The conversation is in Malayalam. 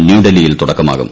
ന്യൂഡൽഹിയിൽ തുടക്കമാകും